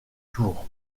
tour